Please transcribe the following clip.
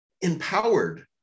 empowered